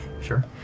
Sure